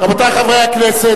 (חבר הכנסת ג'מאל זחאלקה יוצא מאולם המליאה.) רבותי חברי הכנסת,